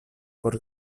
por